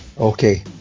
Okay